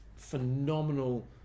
phenomenal